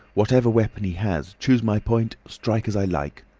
whatever weapon he has, choose my point, strike as i like.